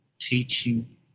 teaching